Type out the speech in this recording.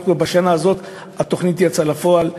בשנה הזאת התוכנית יצאה לפועל,